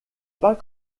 pas